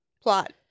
Plot